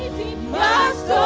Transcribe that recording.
mass